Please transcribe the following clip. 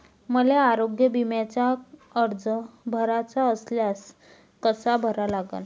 मले आरोग्य बिम्याचा अर्ज भराचा असल्यास कसा भरा लागन?